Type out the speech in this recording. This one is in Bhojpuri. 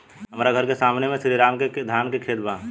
हमर घर के सामने में श्री राम के धान के खेत बा